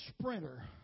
sprinter